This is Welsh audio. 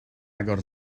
agor